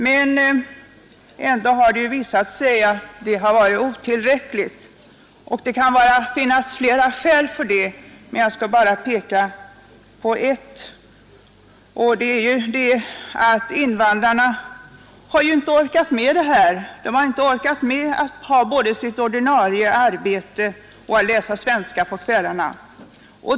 Men ändå har det visat sig att de varit otillräckliga, och det kan finnas flera skäl härför. Jag skall dock bara peka på ett, nämligen att invandrarna inte har orkat med att både ha sitt ordinarie arbete och läsa svenska på kvällarna.